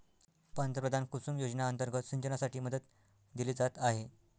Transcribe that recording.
पंतप्रधान कुसुम योजना अंतर्गत सिंचनासाठी मदत दिली जात आहे